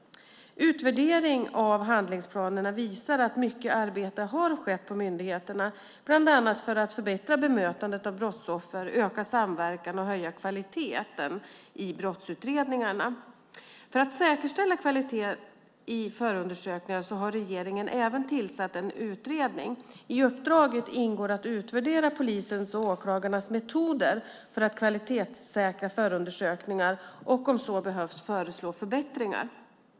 Utvärdering av handlingsplanerna visar att mycket arbete har skett på myndigheterna, bland annat för att förbättra bemötandet av brottsoffer, öka samverkan och höja kvaliteten i brottsutredningarna. För att säkerställa kvaliteten i förundersökningar har regeringen även tillsatt en utredning. I uppdraget ingår att utvärdera polisens och åklagarnas metoder för att kvalitetssäkra förundersökningar, och om så behövs föreslå förbättringar.